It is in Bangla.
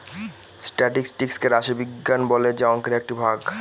স্টাটিস্টিকস কে রাশি বিজ্ঞান বলে যা অংকের একটি ভাগ